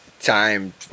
time